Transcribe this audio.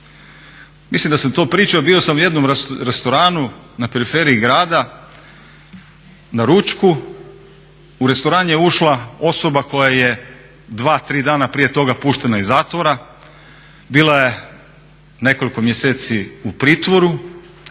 Mislim da sam to pričao, bio sam u jednom restoranu na periferiji grada na ručku u restoran je ušla osoba koja je 2, 3 dana prije toga puštena iz zatvora. Bila je nekoliko mjeseci u pritvoru